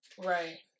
Right